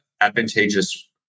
advantageous